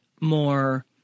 more